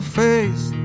face